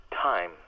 time